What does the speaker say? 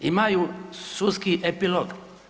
Imaju sudski epilog.